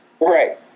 Right